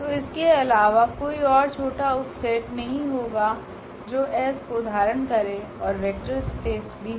तो इसके अलावा कोइ ओर छोटा उप सेट नहीं होगा जो S को धारण करे ओर वेक्टर स्पेस भी हो